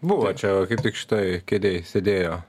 buvo čia kaip tik šitoj kėdėj sėdėjo